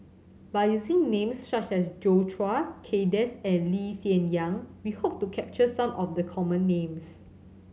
by using names such as Joi Chua Kay Das and Lee Hsien Yang we hope to capture some of the common names